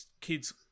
kids